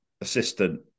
assistant